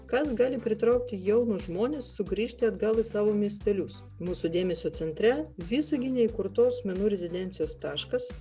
kas gali pritraukti jaunus žmones sugrįžti atgal į savo miestelius mūsų dėmesio centre visagine įkurtos menų rezidencijos taškas